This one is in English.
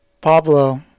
Pablo